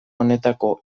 honetako